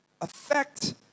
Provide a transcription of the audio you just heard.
affect